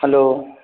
hello